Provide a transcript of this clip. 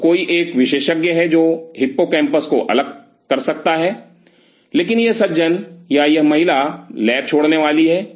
तो कोई एक विशेषज्ञ है जो हिप्पोकैम्पस को अलग कर सकता है लेकिन यह सज्जन या यह महिला लैब छोड़ने वाली है